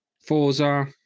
Forza